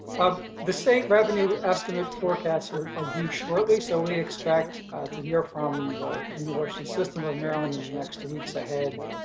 the state revenue estimate forecasts are are due shortly, so we expect to hear from the university system of maryland in the next weeks ahead,